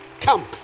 Come